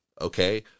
okay